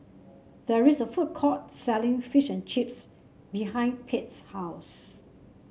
there is a food court selling Fish and Chips behind Pete's house